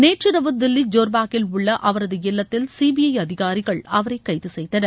நேற்றிரவு தில்லி ஜோர்பாக்கில் உள்ள அவரது இல்லத்தில் சிபிஐ அதிகாரிகள் அவரை கைது செய்தனர்